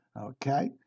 Okay